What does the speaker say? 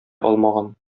алмаган